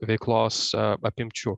veiklos apimčių